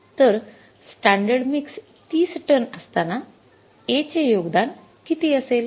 तर standard mix ३० ton असताना A चे योगदान किती असेल